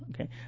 okay